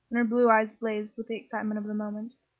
and her blue eyes blazed with the excitement of the moment.